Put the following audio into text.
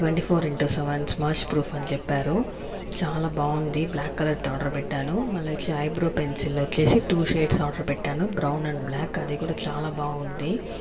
twenty four into seven smudge proof అని చెప్పారు చాలా బాగుంది బ్లాక్ కలర్ తో ఆర్డర్ పెట్టాను మల్ల వచ్చి ఐ బ్రో పెన్సిల్ వచ్చేసి టు షేడ్స్ ఆర్డర్ పెట్టాను బ్రౌన్ అండ్ బ్లాక్ అది కూడా చాలా బాగుంది